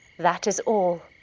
that is all.